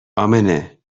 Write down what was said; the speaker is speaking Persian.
امنه